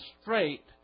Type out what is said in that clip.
straight